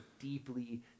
deeply